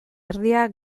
erdia